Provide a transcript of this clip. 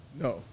No